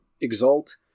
Exalt